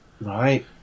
Right